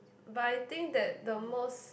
but I think that the most